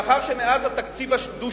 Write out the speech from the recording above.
מאחר שמאז התקציב הדו-שנתי,